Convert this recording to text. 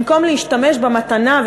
במקום להשתמש במתנה,